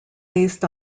based